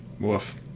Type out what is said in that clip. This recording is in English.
Woof